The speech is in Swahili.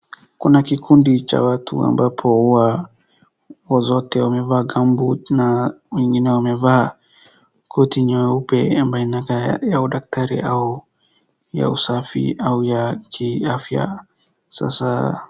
Kuna kikundi cha watu ambapo huwa wote wamevaa gambuti na wengine wamevaa koti nyeupe ambayo inakaa ya daktari au ya usafi au ya kiafya, sasa.